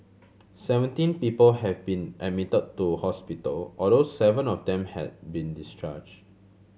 seventeen people have been admitted to hospital although seven of them had been discharged